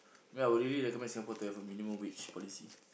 ya I would really recommend Singapore to have a minimum wage policy